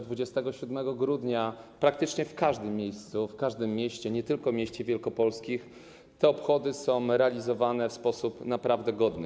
27 grudnia praktycznie w każdym miejscu, w każdym mieście, nie tylko w miastach wielkopolskich, te obchody są realizowane w sposób naprawdę godny.